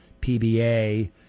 PBA